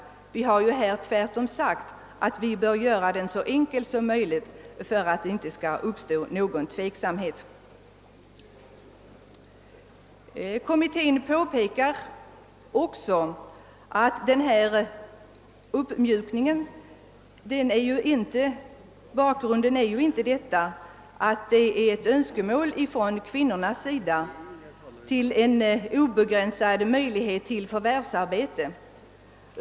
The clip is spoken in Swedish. Tvärtom har det framhållits att vi bör göra den så enkel som möjligt för att det inte skall uppstå någon tveksamhet. Kommittén påpekar också att bakgrunden till uppmjukningen av kravet på sammanhängande ledighet inte är att kvinnorna önskar obegränsad möjlighet till förvärvsarbete.